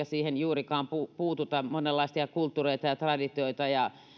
siihen juurikaan puututa monenlaisia kulttuureita ja traditioita ja